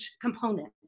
component